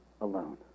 alone